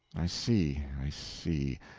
i see, i see.